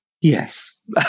Yes